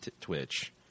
twitch